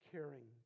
Caring